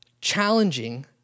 challenging